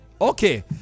okay